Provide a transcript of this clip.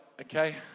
okay